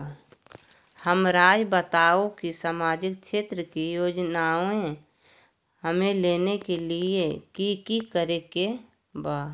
हमराज़ बताओ कि सामाजिक क्षेत्र की योजनाएं हमें लेने के लिए कि कि करे के बा?